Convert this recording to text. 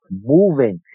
moving